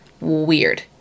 Weird